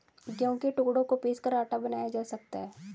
गेहूं के टुकड़ों को पीसकर आटा बनाया जा सकता है